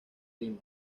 lima